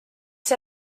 see